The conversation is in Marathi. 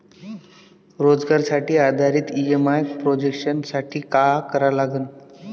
रोजगार आधारित ई.एम.आय प्रोजेक्शन साठी का करा लागन?